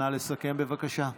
נא לסכם, בבקשה.